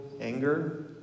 anger